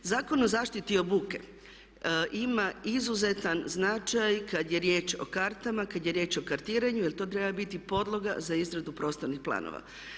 Zakon o zaštiti od buke ima izuzetan značaj kad je riječ o kartama, kad je riječ o kartiranju jer to treba biti podloga za izradu prostornih planova.